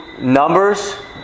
numbers